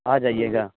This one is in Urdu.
آ جائیے گا